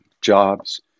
Jobs